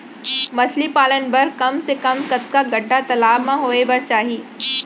मछली पालन बर कम से कम कतका गड्डा तालाब म होये बर चाही?